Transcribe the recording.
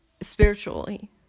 spiritually